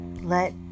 let